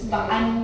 mm